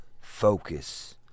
focus